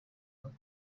nako